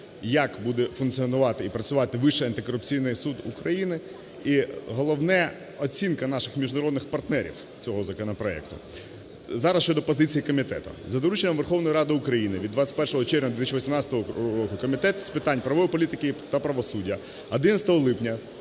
як буде функціонувати і працювати Вищий антикорупційний суд України, і головне – оцінка наших міжнародних партнерів цього законопроекту. Зараз щодо позиції комітету. За дорученням Верховної Ради України від 21 червня 2018 року Комітет з питань правової політики та правосуддя 11 липня